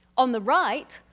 on the right,